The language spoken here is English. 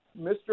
Mr